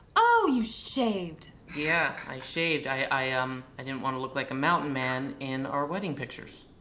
oh, you shaved? yeah, i shaved. i i um and didn't want to look like a mountain man in our wedding pictures.